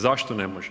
Zašto ne može?